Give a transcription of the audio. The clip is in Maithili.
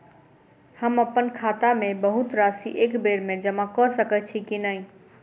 हम अप्पन खाता मे बहुत राशि एकबेर मे जमा कऽ सकैत छी की नै?